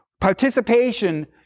participation